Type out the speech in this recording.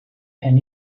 pen